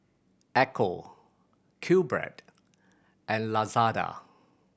Ecco QBread and Lazada